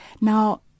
Now